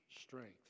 Strength